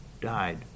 died